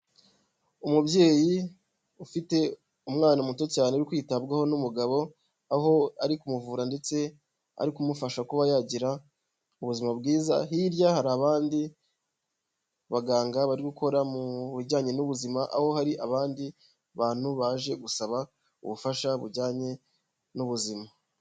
Umubyeyi ufite umwana muto cyane uri kwitabwaho n'umugabo aho ari kumuvura ndetse ari kumufasha kuba yagira ubuzima bwiza, hirya hari abandi baganga bari gukora mu bijyanye n'ubuzima aho hari abandi bantu baje gusaba ubufasha bujyanye n'ubuzima.